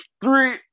three